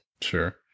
Sure